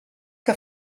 que